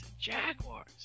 Jaguars